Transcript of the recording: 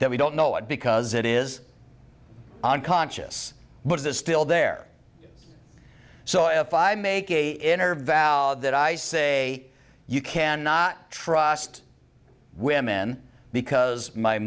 that we don't know it because it is unconscious but it's still there so if i make a inner valve that i say you cannot trust women because my